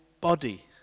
body